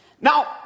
Now